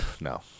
No